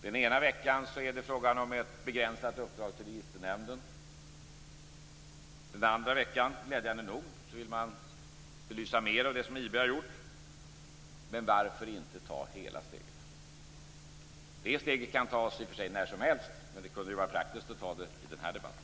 Den ena veckan är det fråga om ett begränsat uppdrag till Registernämnden. Den andra veckan vill man glädjande nog belysa mer av det som IB har gjort. Men varför inte ta hela steget? Det steget kan i och för sig tas när som helst, men det kunde vara praktiskt att ta det under den här debatten.